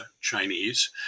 Chinese